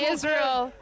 Israel